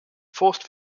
forced